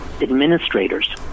administrators